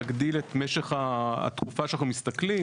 להגדיל את משך התקופה שאנחנו מסתכלים,